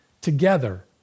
together